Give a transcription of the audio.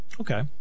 Okay